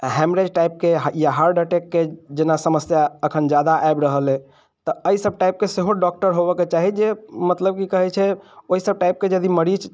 haemorrhage टाइपके हऽ या हार्ट अटैकके जेना समस्या एखन जादा आबि रहल अइ तऽ अइ सभ टाइपके सेहो डॉक्टर होबऽके चाही जे मतलब की कहै छै ओइ सभ टाइपके यदि मरीज